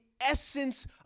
essence